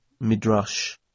Midrash